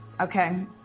Okay